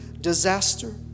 disaster